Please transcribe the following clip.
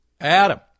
Adam